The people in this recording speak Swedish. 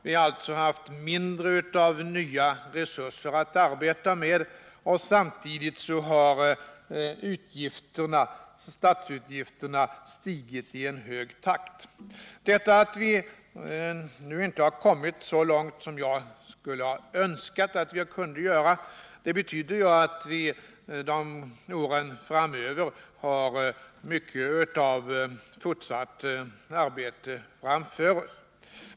Vi har alltså haft mindre av nya resurser att arbeta med, och samtidigt har statsutgifterna stigit i snabb takt. Detta att vi nu inte har kommit så långt som jag skulle ha önskat att vi hade kunnat göra, det betyder att vi under åren framöver har mycket arbete framför oss.